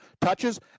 touches